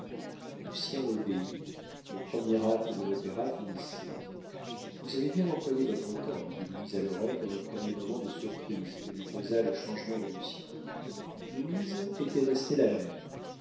lucien obéit le premier acte de l'opéra finissait vous avez bien employé votre temps lui dit louise à l'oreille dans le premier moment de surprise que lui causa le changement de lucien louise était restée la même